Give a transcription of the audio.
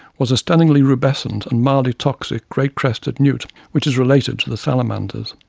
was the stunningly rubescent and mildly toxic great crested newt, which is related to the salamanders.